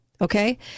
Okay